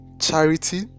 charity